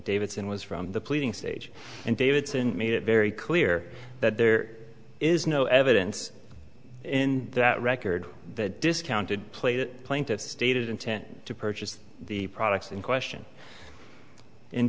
davidson was from the pleading stage and davidson made it very clear that there is no evidence in that record that discounted play that plaintiff stated intent to purchase the products in question in